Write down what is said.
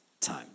time